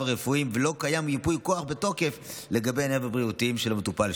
הרפואיים ולא קיים ייפוי כוח בתוקף לגבי ענייניו הבריאותיים של המטופל,